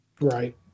Right